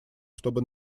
чтобы